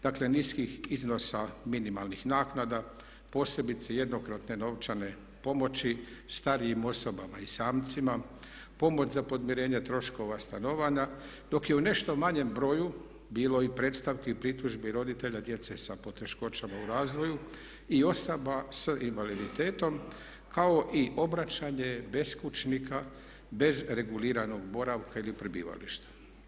Dakle, niskih iznosa minimalnih naknada posebice jednokratne novčane pomoći starijim osobama i samcima, pomoć za podmirenje troškova stanovanja dok je u nešto manjem broju bilo i predstavki i pritužbi roditelja, djece sa poteškoćama u razvoju i osoba sa invaliditetom kao i obraćanje beskućnika bez reguliranog boravka ili prebivališta.